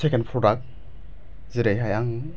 second फ्रदाक जेरैहाय आं